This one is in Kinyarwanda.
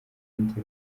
n’iteka